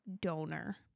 donor